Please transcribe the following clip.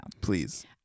Please